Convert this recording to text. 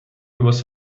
was